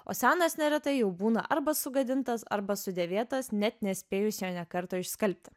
o senas neretai jau būna arba sugadintas arba sudėvėtas net nespėjus jo nė karto išskalbti